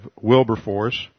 Wilberforce